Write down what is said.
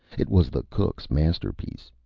it was the cook's masterpiece.